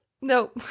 no